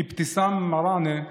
אבתיסאם מראענה,